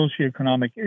socioeconomic